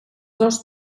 dos